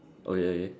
okay